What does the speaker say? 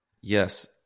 Yes